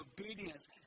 obedience